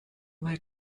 like